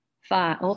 Five